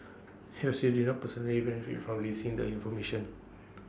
he also did not personally benefit from releasing the information